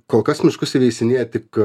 kol kas miškus įveisinėja tik